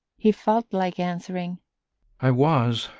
he felt like answering i was,